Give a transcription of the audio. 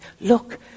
look